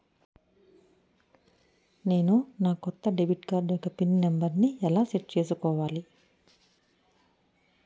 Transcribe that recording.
నేను నా కొత్త డెబిట్ కార్డ్ యెక్క పిన్ నెంబర్ని ఎలా సెట్ చేసుకోవాలి?